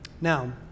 Now